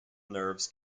nerves